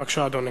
בבקשה, אדוני.